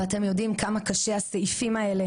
ואתם יודעים כמה קשה הסעיפים האלה